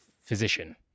physician